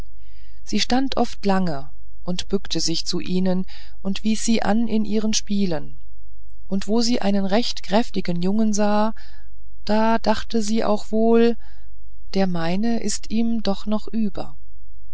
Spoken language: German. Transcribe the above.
sie stand oft lange und bückte sich zu ihnen und wies sie an in ihren spielen und wo sie einen recht kräftigen jungen sah da dachte sie auch wohl der meine ist ihm doch noch über